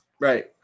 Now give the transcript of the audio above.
Right